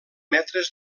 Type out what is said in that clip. metres